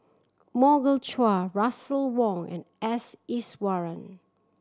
Morgan Chua Russel Wong and S Iswaran